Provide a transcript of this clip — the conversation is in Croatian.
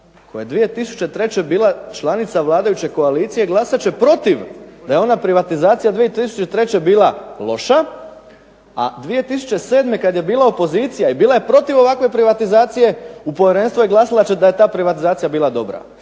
koja je 2003. bila članica vladajuće koalicije glasat će protiv da je ona privatizacija 2003. bila loša, a 2007. kad je bila opozicija i bila je protiv ovakve privatizacije, u povjerenstvu je glasala da je ta privatizacija bila dobra.